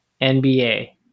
NBA